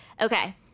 okay